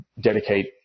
dedicate